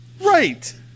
Right